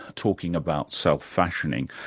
talking about self-fashioning,